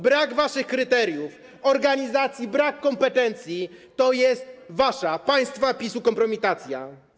Brak waszych kryteriów organizacji, brak kompetencji - to jest wasza, państwa PiS-u, kompromitacja.